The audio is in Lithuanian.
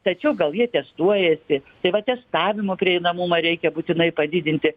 tačiau gal jie testuojasi tai va testavimo prieinamumą reikia būtinai padidinti